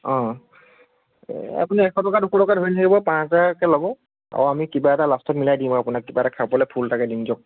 অঁ এই আপুনি এশ টকা দুশ টকা ধৰি নাথাকিব পাঁচ হাজৰকৈ ল'ব আৰু আমি কিবা এটা লাষ্টত মিলাই দিম আৰু আপোনাক কিবা এটা খাবলৈ ফোল এটাকে দিম দিয়ক